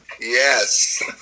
Yes